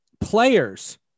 players